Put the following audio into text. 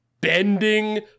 bending